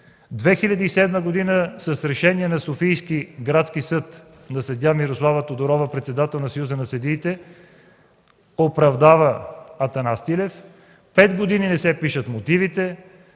2007 г. с Решение на Софийския градски съд съдия Мирослава Тодорова – председател на Съюза на съдиите, оправдава Атанас Тилев, 5 години не се пишат мотивите.